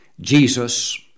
Jesus